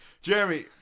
Jeremy